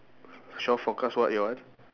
shore forecast what your one